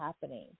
happening